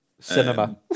cinema